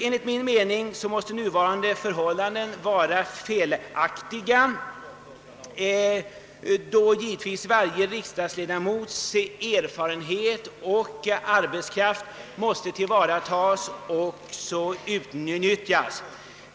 Enligt min mening måste nuvarande förhållanden vara felaktiga, eftersom varje riksdagsledamots erfarenhet och arbetskraft givetvis måste tillvaratagas och utnyttjas.